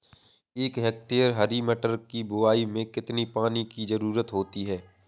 एक हेक्टेयर हरी मटर की बुवाई में कितनी पानी की ज़रुरत होती है?